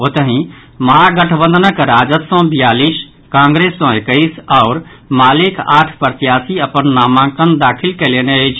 ओतहि महागठबंधनक राजद सँ बियालीस कांग्रेस सँ एकैस आओर मालेक आठ प्रत्याशी अपन नामांकन दाखिल कयलनि अछि